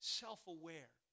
self-aware